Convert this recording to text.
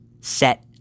Set